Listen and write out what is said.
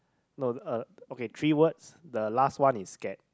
no uh okay three words the last one is scared